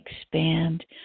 expand